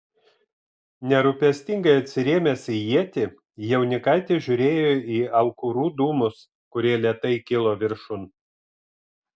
nerūpestingai atsirėmęs į ietį jaunikaitis žiūrėjo į aukurų dūmus kurie lėtai kilo viršun